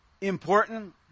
important